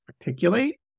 articulate